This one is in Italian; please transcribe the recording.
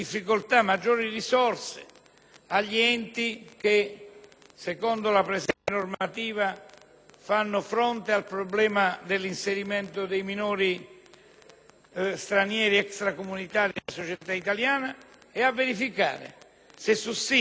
agli enti che, secondo la presente normativa, fanno fronte al problema dell'inserimento dei minori stranieri extracomunitari nella società italiana e a verificare se sussiste la necessità